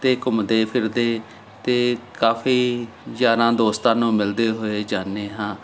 ਅਤੇ ਘੁੰਮਦੇ ਫਿਰਦੇ ਅਤੇ ਕਾਫੀ ਯਾਰਾਂ ਦੋਸਤਾਂ ਨੂੰ ਮਿਲਦੇ ਹੋਏ ਜਾਂਦੇ ਹਾਂ